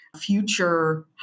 future